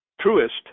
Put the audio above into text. truest